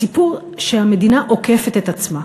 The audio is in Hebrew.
הסיפור שהממשלה עוקפת את עצמה.